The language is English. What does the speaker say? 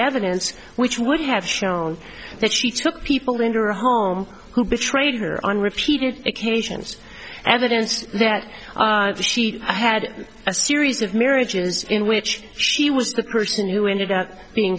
evidence which would have shown that she took people in your home who betrayed her on repeated occasions evidence that she had a series of marriages in which she was the person who ended up being